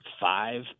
five